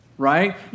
right